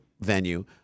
venue